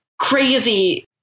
crazy